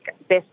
best